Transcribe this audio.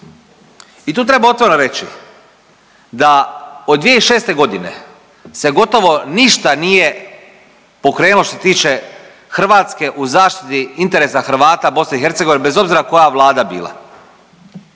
I tu treba otvoreno reći da od 2006. godine se gotovo ništa nije pokrenulo što se tiče Hrvatske u zaštiti interesa Hrvata BiH bez obzira koja vlada bila.